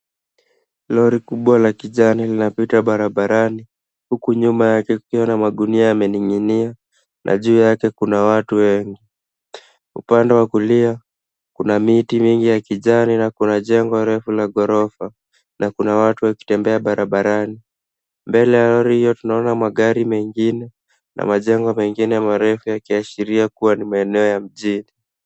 Lori kubwa la kijani linapita barabarani huku nyuma yake kukiwa na magunia yamening'inia na juu yake kuna watu wengi. Upande wa kulia ,kuna miti mingi ya kijani na kuna jengo refu la ghorofa na kuna watu wakitembea barabarani. Mbele ya lori hiyo tunaona magari mengine na majengo mengine marefu yakiashiria kuwa ni maeneo ya mjini.